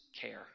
care